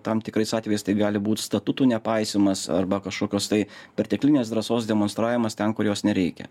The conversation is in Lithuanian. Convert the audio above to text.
tam tikrais atvejais tai gali būt statutų nepaisymas arba kažkokios tai perteklinės drąsos demonstravimas ten kur jos nereikia